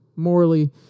morally